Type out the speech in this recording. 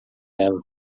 ela